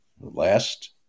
last